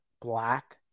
black